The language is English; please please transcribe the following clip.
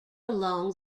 along